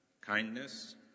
kindness